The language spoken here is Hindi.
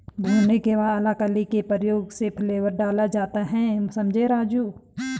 भुनाने के बाद अलाकली के प्रयोग से फ्लेवर डाला जाता हैं समझें राजु